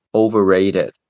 overrated